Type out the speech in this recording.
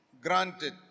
granted